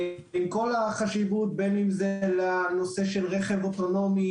עם כל החשיבות בין אם זה לנושא של רכב אוטונומי